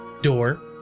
door